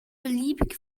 beliebig